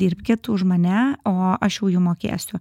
dirbkit už mane o aš jau jum mokėsiu